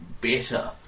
better